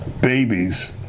babies